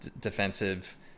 defensive